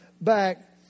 back